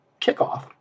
kickoff